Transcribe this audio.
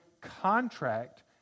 contract